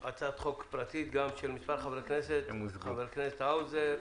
הצעת חוק פרטית של מספר חברי כנסת: צבי האוזר,